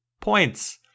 points